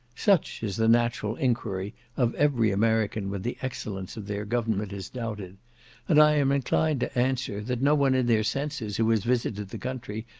such is the natural enquiry of every american when the excellence of their government is doubted and i am inclined to answer, that no one in their senses who has visited the country,